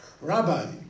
Rabbi